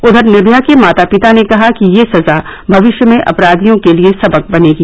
उधर निर्मया के माता पिता ने कहा कि यह सजा भविष्य में अपराधियों के लिए सबक बनेगी